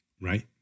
Right